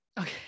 okay